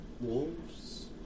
wolves